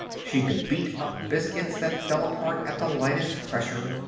she could beat up biscuits that fell apart at the lightest pressure,